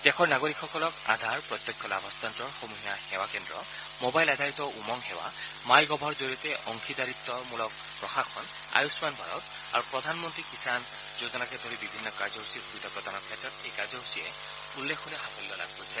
দেশৰ নাগৰিকসকলক আধাৰ প্ৰত্যক্ষ লাভ হস্তান্তৰ সমূহীয়া সেৱা কেন্দ্ৰ মোবাইল আধাৰিত উমং সেৱা মাই গভৰ জৰিয়তে অংশীদাৰিত্মূলক প্ৰশাসন আয়ুল্পান ভাৰত প্ৰধানমন্ত্ৰী কিষাণ যোজনাকে ধৰি বিভিন্ন কাৰ্যসূচীৰ সুবিধা প্ৰদানৰ ক্ষেত্ৰত এই কাৰ্যসূচীয়ে উল্লেখনীয় সাফল্য লাভ কৰিছে